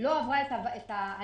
לא עברה את ההליכים